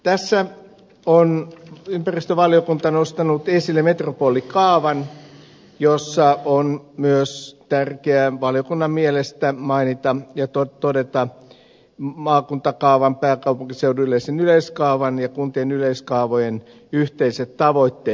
tässä on ympäristövaliokunta nostanut esille metropolikaavan jossa on myös tärkeää valiokunnan mielestä mainita ja todeta maakuntakaavan pääkaupunkiseudullisen yleiskaavan ja kuntien yleiskaavojen yhteiset tavoitteet